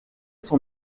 sont